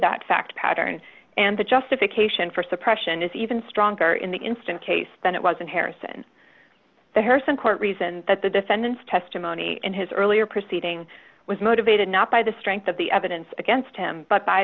that fact pattern and the justification for suppression is even stronger in the instant case than it was in harrison the hearse and court reason that the defendant's testimony in his earlier proceeding was motivated not by the strength of the evidence against him but by